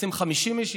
רוצים 50 איש?